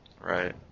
Right